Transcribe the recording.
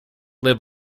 live